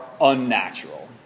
unnatural